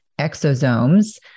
exosomes